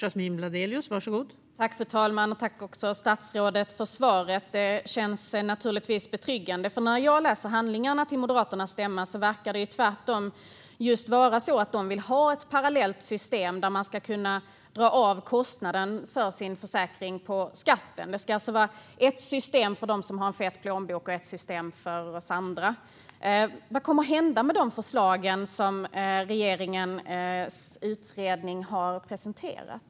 Fru talman! Tack för svaret, statsrådet! Det känns naturligtvis betryggande. När jag läser handlingarna till Moderaternas stämma verkar det nämligen tvärtom vara just så att de vill ha ett parallellt system där man ska kunna dra av kostnaden för sin försäkring på skatten. Det ska alltså vara ett system för dem som har en fet plånbok och ett system för oss andra. Vad kommer att hända med förslagen som regeringens utredning har presenterat?